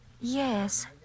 Yes